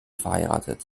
verheiratet